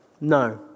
No